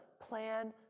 plan